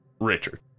Richard